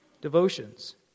devotions